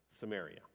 Samaria